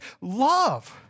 love